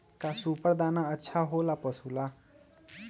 का सुपर दाना अच्छा हो ला पशु ला?